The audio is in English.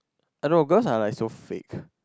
a lot of girls are like so fake